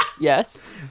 Yes